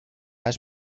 has